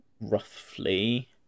roughly